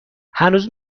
هنوز